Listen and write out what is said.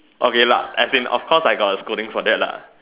okay lah as in of course I got a scolding for that lah